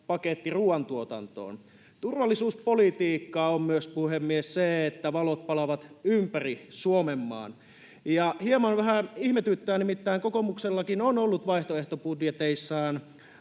paketti ruoantuotantoon. Turvallisuuspolitiikkaa on myös se, puhemies, että valot palavat ympäri Suomenmaan, ja hieman ihmetyttää, nimittäin kokoomuksellakin on ollut vaihtoehtobudjeteissaan